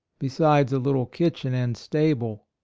be sides a little kitchen and stable.